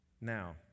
Now